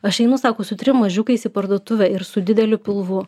aš einu sako su trim mažiukais į parduotuvę ir su dideliu pilvu